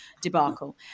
debacle